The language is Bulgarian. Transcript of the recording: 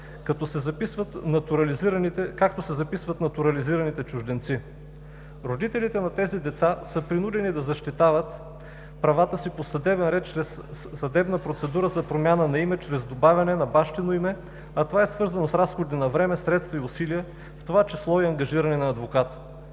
както се записват натурализираните чужденци. Родителите на тези деца са принудени да защитават правата си по съдебен ред чрез съдебна процедура за промяна на име чрез добавяне на бащино име, а това е свързано с разходи на време, средства и усилия, в това число и ангажиране на адвокат.